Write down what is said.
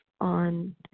on